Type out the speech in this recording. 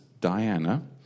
Diana